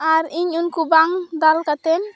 ᱟᱨ ᱤᱧ ᱩᱱᱠᱩ ᱵᱟᱝ ᱫᱟᱞ ᱠᱟᱛᱮᱱ